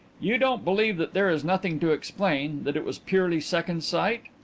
you won't believe that there is nothing to explain that it was purely second-sight?